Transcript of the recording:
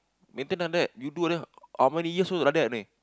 maintain you do like that how many years old like that only